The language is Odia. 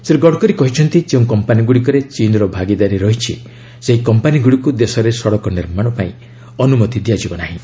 ଶ୍ରୀ ଗଡକରୀ କହିଛନ୍ତି ଯେଉଁ କମ୍ପାନୀ ଗୁଡ଼ିକରେ ଚୀନ୍ର ଭାଗିଦାରୀ ରହିଛି ସେହି କମ୍ପାନୀ ଗୁଡ଼ିକୁ ଦେଶରେ ସଡ଼କ ନିର୍ମାଣ ପାଇଁ ଅନୁମତି ଦିଆଯିବ ନାହିଁ